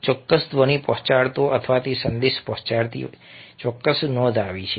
ચોક્કસ ધ્વનિ પહોંચાડતો અથવા તે સંદેશ પહોંચાડતી ચોક્કસ નોંધ આવી છે